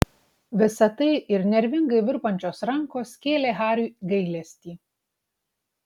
visa tai ir nervingai virpančios rankos kėlė hariui gailestį